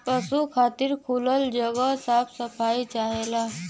पसु खातिर खुलल जगह साफ सफाई चाहला